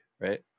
right